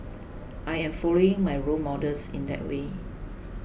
I am following my role models in that way